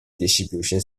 distribution